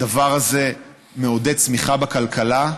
הדבר הזה מעודד צמיחה בכלכלה,